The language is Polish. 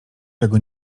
czego